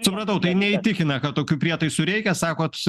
supratau tai neįtikina kad tokių prietaisų reikia sakot